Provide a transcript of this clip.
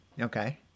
Okay